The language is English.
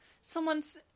someone's